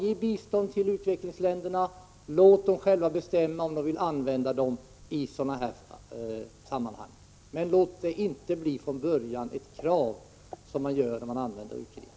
Ge bistånd till utvecklingsländerna, och låt dem själva bestämma om de vill använda pengarna i sådana sammanhang! Men det får inte vara ett krav från början, som det blir när man ger u-krediter.